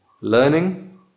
learning